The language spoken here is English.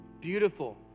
beautiful